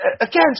again